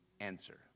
answer